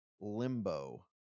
Limbo